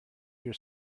your